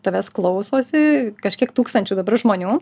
tavęs klausosi kažkiek tūkstančių dabar žmonių